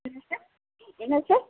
என்ன சார் என்ன சார்